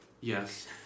Yes